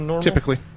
Typically